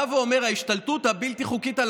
בא ואומר: ההשתלטות הבלתי-חוקית על